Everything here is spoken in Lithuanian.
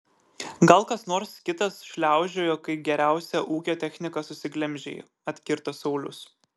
gal kas nors kitas šliaužiojo kai geriausią ūkio techniką susiglemžei atkirto saulius